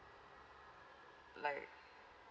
like